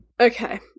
Okay